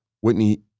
Whitney